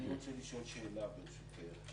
אני רוצה לשאול שאלה, ברשותך.